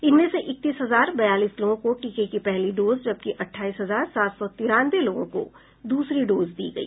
इनमें से इकतीस हजार बयालीस लोगों को टीके की पहली डोज जबकि अठाईस हजार सात सौ तेरानवे लोगों को दूसरी डोज दी गई